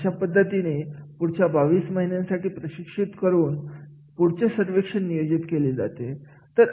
अशा पद्धतीने पुढच्या बावीस महिन्यांसाठी प्रशिक्षित करून पुढचे सर्वेक्षण नियोजित केले जाते